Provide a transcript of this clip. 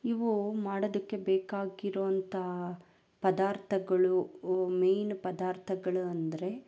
ಇವು ಮಾಡೋದಕ್ಕೆ ಬೇಕಾಗಿರುವಂಥ ಪದಾರ್ಥಗಳು ಮೇಯ್ನ್ ಪದಾರ್ಥಗಳು ಅಂದರೆ